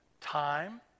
time